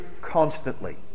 constantly